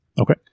okay